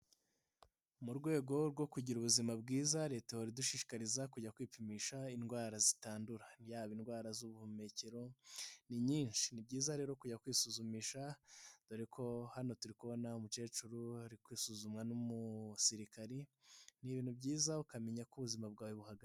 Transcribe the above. Mu rwego rwo kugira ubuzima bwiza leta ihora idushishikariza kujya kwipimisha indwara zitandura byaba indwara z'ubuhumekero ni nyinshi ni byiza rero kujya kwisuzumisha dore ko hano turi kubona umukecuru ari kwisuzumwa n'umusirikari ni ibintu byiza ukamenya ko ubuzima bwawe buhagaze.